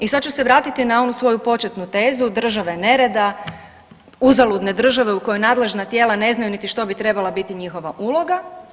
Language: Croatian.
I sad ću se vratiti na onu svoju početnu tezu države nereda, uzaludne države u kojoj nadležna tijela ne znaju niti što bi trebala biti njihova uloga.